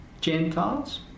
Gentiles